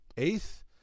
Eighth